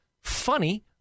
Funny